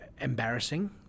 embarrassing